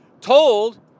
told